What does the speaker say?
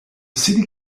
city